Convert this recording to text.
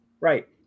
Right